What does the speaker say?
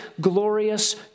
glorious